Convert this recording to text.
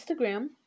Instagram